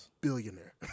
billionaire